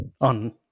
on